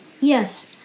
Yes